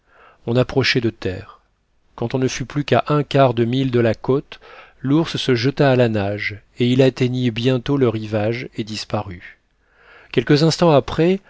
on approchait de terre quand on ne fut plus qu'à un quart de mille de la côte l'ours se jeta à la nage et il atteignit bientôt le rivage et disparut quelques instants après